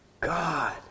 God